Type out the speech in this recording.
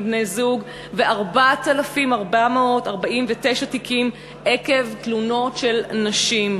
בני-זוג ו-4,449 תיקים עקב תלונות נשים.